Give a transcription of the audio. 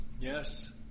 Yes